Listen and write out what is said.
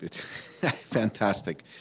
fantastic